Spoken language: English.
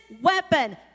weapon